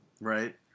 Right